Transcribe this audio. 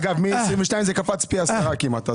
אגב, מ-2022 זה קפץ פי 10 כמעט.